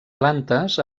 plantes